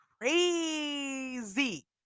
crazy